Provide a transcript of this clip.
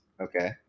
Okay